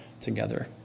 together